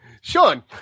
Sean